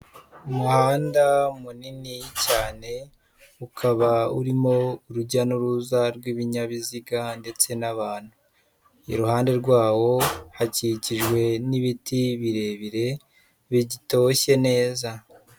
Umuhanda munini cyane ukaba urimo urujya n'uruza rw'ibinyabiziga ndetse n'abantu, iruhande rwawo hakikijwe n'ibiti birebire bigitoshye neza.